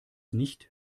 nicht